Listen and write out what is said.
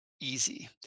easy